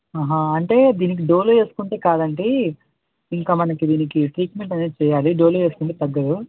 అంటే దీనికి డోలో వేసుకుంటే కాదు అండి ఇంకా మనకి దీనికి ట్రీట్మెంట్ అనేది చేయాలి డోలో వేసుకుంటే తగ్గదు